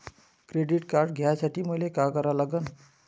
Credit card घ्यासाठी मले का करा लागन?